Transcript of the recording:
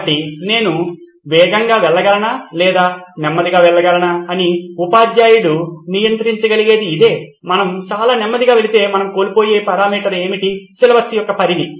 కాబట్టి నేను వేగంగా వెళ్ళగలనా లేదా నేను నెమ్మదిగా వెళ్ళగలనా అని ఉపాధ్యాయుడు నియంత్రించగలిగేది ఇదే మనం చాలా నెమ్మదిగా వెళితే మనం కోల్పోయే పారామీటర్ ఏమిటి సిలబస్ యొక్క పరిధి